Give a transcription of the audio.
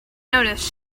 notice